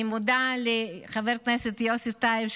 אני מודה לחבר הכנסת יוסי טייב,